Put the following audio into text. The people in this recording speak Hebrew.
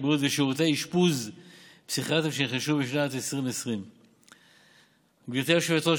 בריאות ושירותי אשפוז פסיכיאטריים שנרכשו בשנת 2020. גברתי היושבת-ראש,